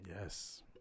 Yes